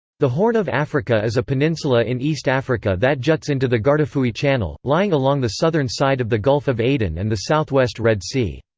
the horn of africa is a peninsula in east africa that juts into the guardafui channel, lying along the southern side of the gulf of aden and the southwest red sea.